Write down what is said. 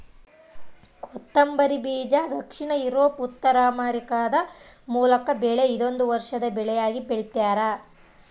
ಕೊತ್ತಂಬರಿ ಬೀಜ ದಕ್ಷಿಣ ಯೂರೋಪ್ ಉತ್ತರಾಮೆರಿಕಾದ ಮೂಲದ ಬೆಳೆ ಇದೊಂದು ವರ್ಷದ ಬೆಳೆಯಾಗಿ ಬೆಳ್ತ್ಯಾರ